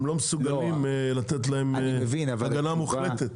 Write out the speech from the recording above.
הם לא מסוגלים לתת להם הגנה מוחלטת.